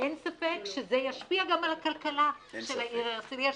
ואין ספק שזה ישפיע גם על הכלכלה של העיר הרצליה,